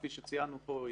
כפי שציינו פה,